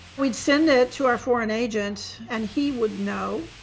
we'd send it to our foreign agent and he would know.